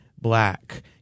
black